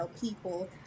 people